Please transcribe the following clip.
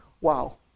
Wow